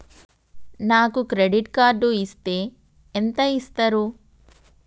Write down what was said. నాకు credit card ఇస్తే ఎంత ఇస్తరు?